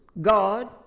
God